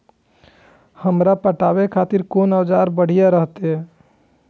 हमरा पटावे खातिर कोन औजार बढ़िया रहते?